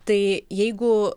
tai jeigu